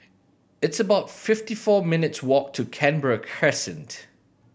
it's about fifty four minutes' walk to Canberra Crescent